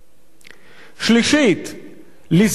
לסגור לגמרי את הדלת המסתובבת.